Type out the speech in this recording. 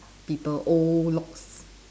people old locks